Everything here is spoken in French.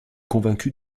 convaincu